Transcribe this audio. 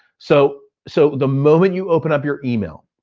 so so the moment you open up your email,